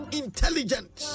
intelligent